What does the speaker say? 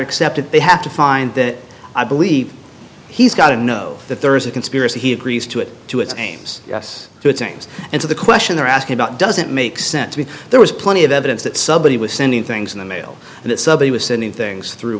that they have to find that i believe he's got to know that there is a conspiracy he agrees to it to its claims yes to its aims and so the question they're asking about doesn't make sense when there was plenty of evidence that somebody was sending things in the mail and that somebody was sending things through